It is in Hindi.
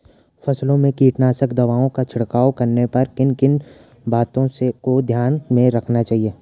फसलों में कीटनाशक दवाओं का छिड़काव करने पर किन किन बातों को ध्यान में रखना चाहिए?